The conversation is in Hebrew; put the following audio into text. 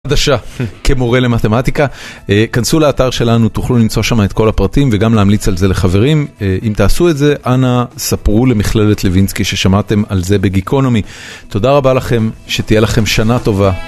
עדשה, כמורה למתמטיקה כנסו לאתר שלנו תוכלו למצוא שם את כל הפרטים וגם להמליץ על זה לחברים אם תעשו את זה אנא ספרו למכללת לוינסקי ששמעתם על זה בגיקונומי תודה רבה לכם שתהיה לכם שנה טובה.